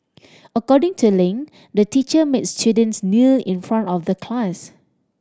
according to Ling the teacher made students kneel in front of the class